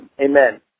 Amen